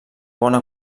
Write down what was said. bona